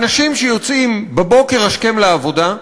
אנשים שיוצאים בבוקר השכם לעבודה,